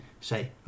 say